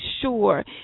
sure